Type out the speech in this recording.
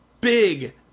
big